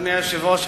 אדוני היושב-ראש,